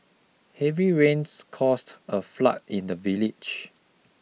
heavy rains caused a flood in the village